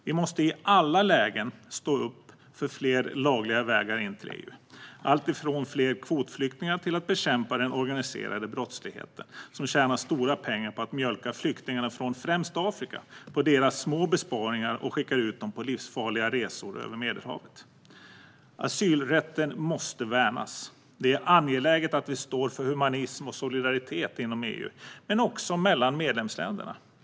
Vi måste i alla lägen stå upp för fler lagliga vägar in i EU. Det handlar om alltifrån fler kvotflyktingar till att bekämpa den organiserade brottslighet som tjänar stora pengar på att mjölka flyktingarna från främst Afrika på deras små besparingar och skickar ut dem på livsfarliga resor över Medelhavet. Asylrätten måste värnas. Det är angeläget att vi står för humanism och solidaritet inom EU men också mellan medlemsländerna.